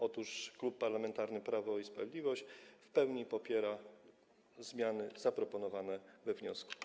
Otóż Klub Parlamentarny Prawo i Sprawiedliwość w pełni popiera zmiany zaproponowane we wniosku.